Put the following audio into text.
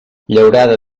llaurada